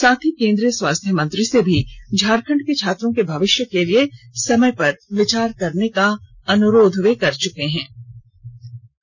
साथ ही केंद्रीय स्वास्थ्य मंत्री से भी झारखण्ड के छात्रों के भविष्य के लिए ससमय विचार करने का अनुरोध कर चुका हूं